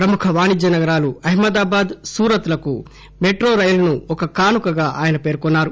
ప్రముఖ వాణిజ్య నగరాలు అహ్మదాబాద్ సూరత్ లకు మెట్రో రైలు ఒక కానుకగా ఆయన పేర్కొన్నారు